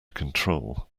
control